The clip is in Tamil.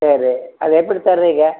சரி அது எப்படி தருவீங்க